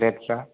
रेटफ्रा